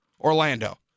Orlando